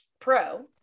pro